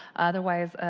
otherwise,